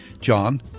John